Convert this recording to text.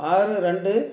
ஆறு ரெண்டு